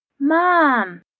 Mom